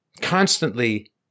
constantly